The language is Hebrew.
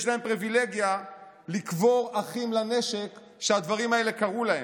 יש להם פריבילגיה לקבור אחים לנשק שהדברים האלה קרו להם,